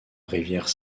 rivière